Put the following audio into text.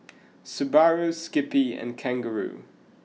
Subaru Skippy and Kangaroo